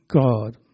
God